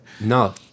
No